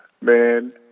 Man